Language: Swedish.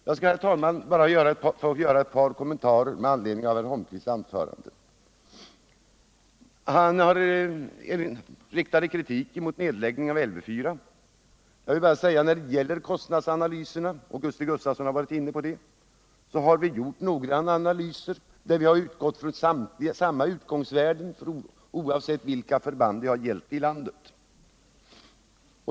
Jag skall, herr talman, bara göra ett par kommentarer med anledning av Eric Holmqvists anförande. Han riktade kritik mot en nedläggning av Lv 4. Vi har, som Gusti Gustavsson var inne på, gjort noggranna analyser, varvid vi har utgått från samma utgångsvärden oavsett vilket förband det gällde i landet.